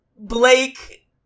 Blake